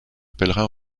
pèlerins